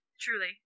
truly